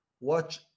watch